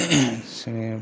जोङो